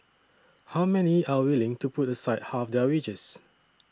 how many are willing to put aside half their wages